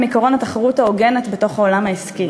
עקרון התחרות ההוגנת בתוך העולם העסקי.